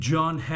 John